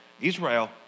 Israel